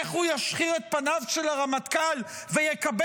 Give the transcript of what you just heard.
איך הוא ישחיר את פניו של הרמטכ"ל ויקבל